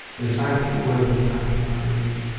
in a scientific work entitled, i believe,